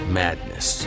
madness